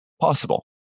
possible